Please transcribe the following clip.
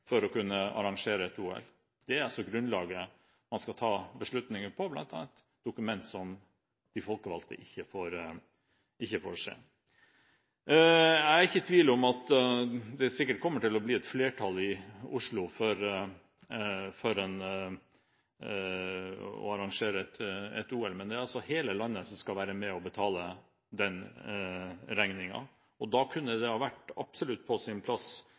for å kunne arrangere et OL. Det er grunnlaget man skal ta beslutninger på, bl.a. et dokument som de folkevalgte ikke får se. Jeg er ikke i tvil om at det sikkert kommer til å bli et flertall i Oslo for å arrangere et OL, men det er altså hele landet som skal være med og betale regningen. Da kunne det absolutt ha vært på sin plass